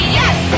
yes